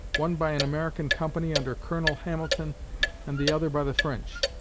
one by an american company under colonel hamilton and the other by the french.